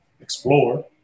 explore